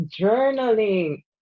journaling